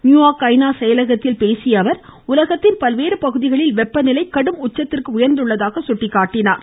New York ஐநா செயலகத்தில் பேசிய அவர் உலகத்தின் பல்வேறு பகுதிகளில் வெப்ப நிலை கடும் உச்சத்திற்கு உயா்ந்துள்ளதாக சுட்டிக்காட்டியுள்ளார்